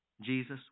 Jesus